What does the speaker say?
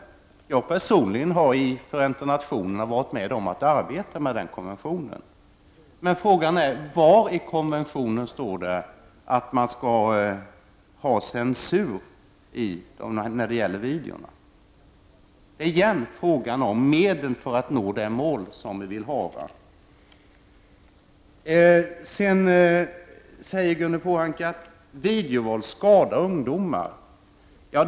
31 maj 1990 Jag har personligen i Förenta nationerna varit med om att arbeta med denna Ta, a, HH konvention. Men frågan är var i konventionen det står att man skall ha censur när det gäller videogram. Det handlar åter om medlen för att nå målet. Ragnhild Pohanka säger att videovåld skadar ungdomar.